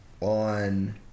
on